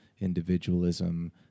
individualism